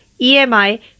EMI